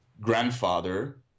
grandfather